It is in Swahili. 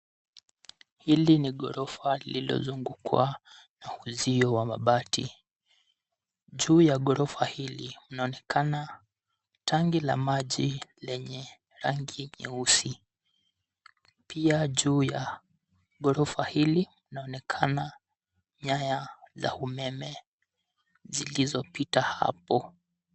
Hili ni ghorofa lililozungukwa na uzio wa mabati. Juu ya ghorofa hili kunaonekana tanki la maji lenye rangi nyeusi, pia juu ya ghorofa hili kunaonekana nyaya za umeme zilizopita hapo.